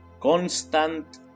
constant